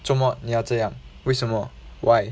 做么你要这样为什么 why